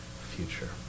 future